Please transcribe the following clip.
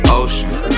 ocean